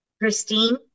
Christine